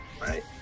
Right